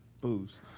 booze